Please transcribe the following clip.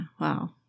Wow